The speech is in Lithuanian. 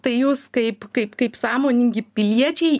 tai jūs kaip kaip kaip sąmoningi piliečiai